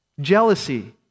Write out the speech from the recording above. jealousy